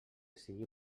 sigui